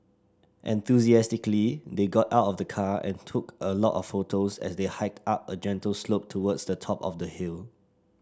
enthusiastically they got out of the car and took a lot of photos as they hiked up a gentle slope towards the top of the hill